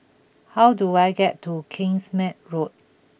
how do I get to Kingsmead Road